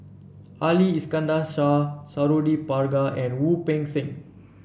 Ali Iskandar Shah Suradi Parjo and Wu Peng Seng